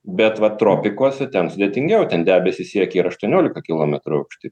bet va tropikuose ten sudėtingiau ten debesys ir aštuoniolika kilometrų aukšty